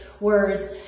words